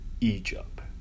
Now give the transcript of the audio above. Egypt